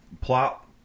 plot